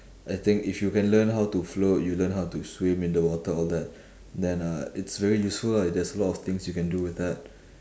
I think if you can learn how to float you learn how to swim in the water all that then uh it's very useful lah there's a lot of things you can do with that